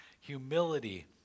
humility